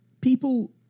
People